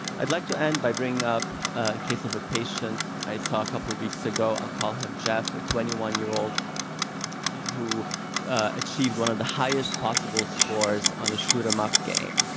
i'd like to end by bringing up a case of a patient i saw a couple weeks ago. i'll call him jeff, a twenty one year old who achieved one of the highest possible schools on a shoot-them-up game.